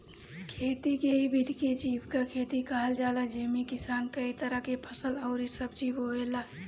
खेती के इ विधि के जीविका खेती कहल जाला जेमे किसान कई तरह के फसल अउरी सब्जी बोएला